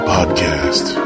Podcast